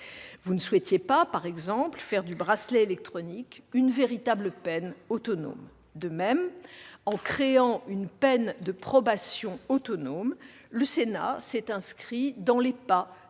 Vous ne souhaitiez pas, par exemple, faire du bracelet électronique une véritable peine autonome. De même, en créant une peine de probation autonome, le Sénat s'est inscrit dans les pas